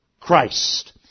Christ